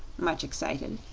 much excited.